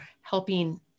helping